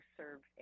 serve